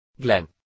Glenn